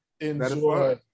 enjoy